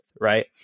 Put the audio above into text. Right